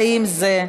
האם זה,